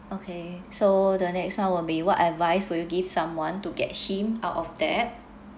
okay so the next one will be what advice would you give someone to get him out of debt